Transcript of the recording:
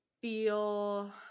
feel